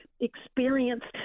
experienced